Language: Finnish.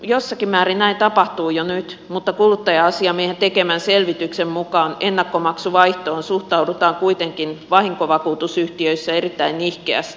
jossakin määrin näin tapahtuu jo nyt mutta kuluttaja asiamiehen tekemän selvityksen mukaan ennakkomaksuvaihtoehtoon suhtaudutaan kuitenkin vahinkovakuutusyhtiöissä erittäin nihkeästi